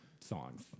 songs